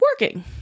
working